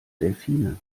delfine